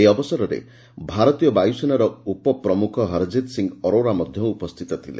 ଏହି ଅବସରରେ ଭାରତୀୟ ବାୟ୍ୱସେନାର ଉପପ୍ରମୁଖ ହରକିତ୍ସିଂହ ଅରୋରା ମଧ୍ଧ ଉପସ୍ଥିତ ଥିଲେ